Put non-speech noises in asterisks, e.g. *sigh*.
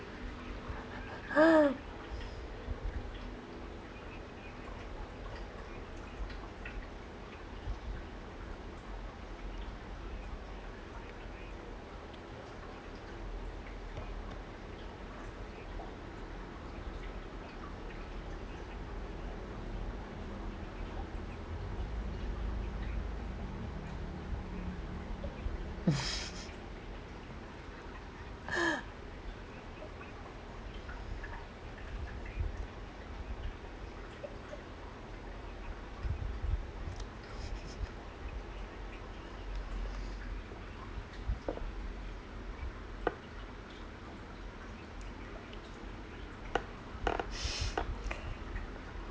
*laughs*